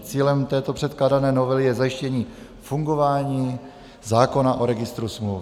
Cílem této předkládané novely je zajištění fungování zákona o registru smluv.